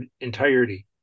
entirety